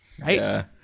Right